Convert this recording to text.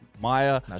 Maya